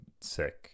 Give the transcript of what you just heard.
sick